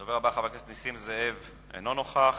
הדובר הבא, חבר הכנסת נסים זאב, אינו נוכח.